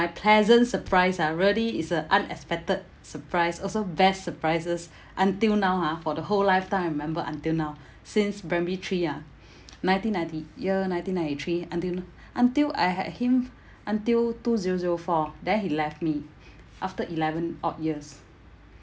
pleasant surprise ah really is a unexpected surprise also best surprises until now ha for the whole lifetime I remember until now since primary three ah nineteen ninety year nineteen ninety three until until I had him until two zero zero four then he left me after eleven odd years